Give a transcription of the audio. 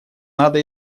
надо